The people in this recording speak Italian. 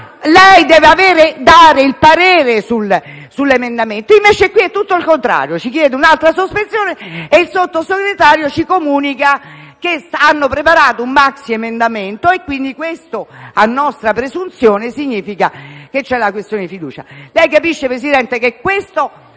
lei deve esprimere il parere sull'emendamento. Invece qui è tutto il contrario: si chiede un'altra sospensione e il Sottosegretario ci comunica che hanno preparato un maxiemendamento; quindi questo, a nostra presunzione, significa che è posta la questione di fiducia. Lei capisce, signor Presidente, che, sebbene